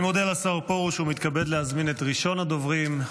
אני מודה לשר פרוש ומתכבד להזמין את ראשון הדוברים,